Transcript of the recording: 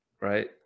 right